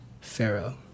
Pharaoh